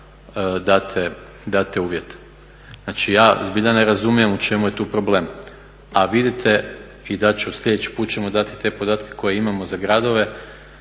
date uvjete. Znači ja zbilja ne razumijem u čemu je tu problem. A vidite i dati ću, sljedeći put ćemo dati te podatke koje imamo za gradove,